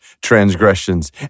transgressions